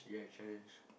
yeah challenge